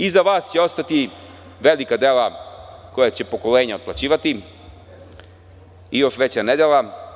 Da zaključim, iza vas će ostati velika dela koja će pokolenja otplaćivati i još veća nedela.